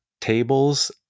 tables